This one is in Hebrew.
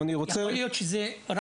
יכול להיות שזה רק מקרי